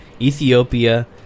Ethiopia